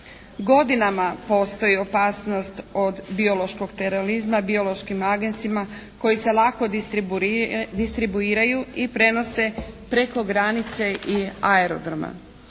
Godinama postoji opasnost od biološkog terorizma biološkim agensima koji se lako distribuiraju i prenose preko granice i aerodroma.